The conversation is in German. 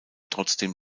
trotzdem